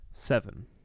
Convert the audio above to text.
Seven